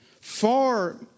far